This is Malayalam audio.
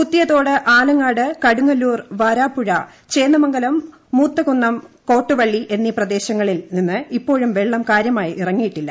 കുത്തിയതോട് ആലങ്ങാട് കടുങ്ങല്ലൂർ വരാപ്പുഴ ചേന്നമംഗലം മൂത്തകുന്നം കോട്ടുവളളി എന്നീ പ്രദേശങ്ങളിൽ നിന്ന് ഇപ്പോഴും വെളളം കാര്യമായി ഇറങ്ങിയിട്ടില്ല